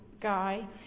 guy